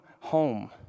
home